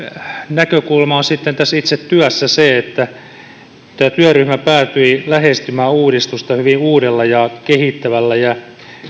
näkökulma on sitten tässä itse työssä se että tämä työryhmä päätyi lähestymään uudistusta hyvin uudella ja kehittävällä ja